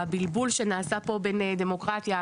הבלבול שנעשה פה בין דמוקרטיה,